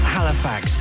Halifax